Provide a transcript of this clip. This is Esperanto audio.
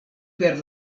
per